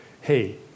Hey